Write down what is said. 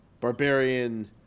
Barbarian